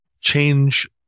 change